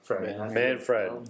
Manfred